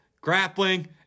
Grappling